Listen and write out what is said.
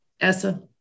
Essa